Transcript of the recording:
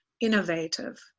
innovative